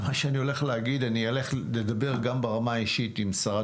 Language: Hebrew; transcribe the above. אני הולך לדבר גם ברמה האישית עם שרת